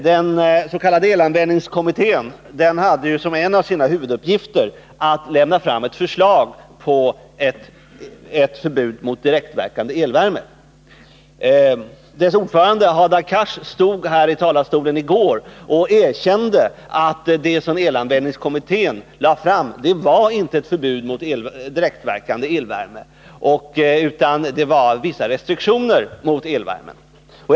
Den s.k. elanvändningskommittén hade som en av sina huvuduppgifter att lägga fram förslag om förbud mot direktverkande elvärme. Dess ordförande Hadar Cars stod här i talarstolen i går och erkände att det som elanvändningskommittén föreslog inte var ett förbud mot direktverkande elvärme utan vissa restriktioner när det gäller elvärme.